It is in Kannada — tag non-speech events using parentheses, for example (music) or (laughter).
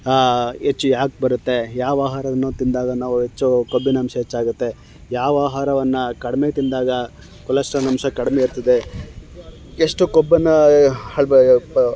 ಹೆಚ್ಚು ಯಾಕೆ ಬರುತ್ತೆ ಯಾವ ಆಹಾರವನ್ನು ತಿಂದಾಗ ನಾವು ಹೆಚ್ಚು ಕೊಬ್ಬಿನಂಶ ಹೆಚ್ಚಾಗುತ್ತೆ ಯಾವ ಆಹಾರವನ್ನು ಕಡಿಮೆ ತಿಂದಾಗ ಕೊಲೆಸ್ಟ್ರಾಲ್ ಅಂಶ ಕಡಿಮೆ ಇರ್ತದೆ ಎಷ್ಟು ಕೊಬ್ಬನ್ನು (unintelligible)